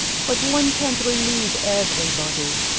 but one can't relieve every body.